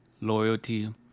loyalty